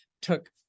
took